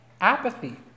apathy